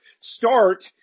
Start